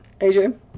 AJ